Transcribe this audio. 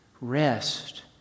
rest